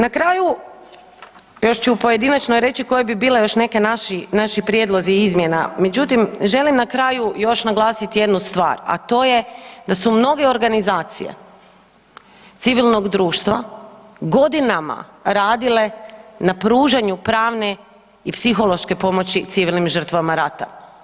Na kraju još ću u pojedinačnoj reći koje bi bili još neki naši prijedlozi izmjena, međutim želim na kraju još naglasit jednu stvar, a to je da su mnoge organizacije civilnog društva godinama radile na pružanju pravne i psihološke pomoći civilnim žrtvama rata.